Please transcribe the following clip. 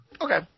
Okay